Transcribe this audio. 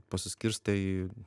pasiskirstę į